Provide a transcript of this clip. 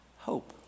hope